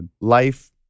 life